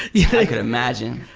yeah i could imagine.